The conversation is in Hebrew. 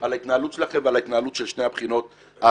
על ההתנהלות שלכם ועל ההתנהלות של שתי הבחינות האחרונות.